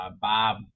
bob